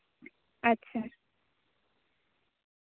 ᱟᱪᱪᱷᱟ